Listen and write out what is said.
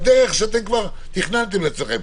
בדרך שכבר תכננתם לעצמכם,